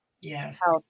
Yes